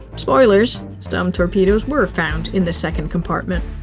spoilers. some torpedoes were found in the second compartment.